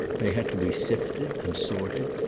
they had to be sifted and sorted,